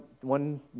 one